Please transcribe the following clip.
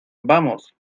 vamos